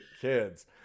kids